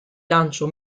lancio